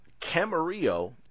Camarillo